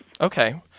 Okay